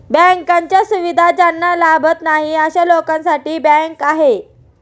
बँकांच्या सुविधा ज्यांना लाभत नाही अशा लोकांसाठी ही बँक आहे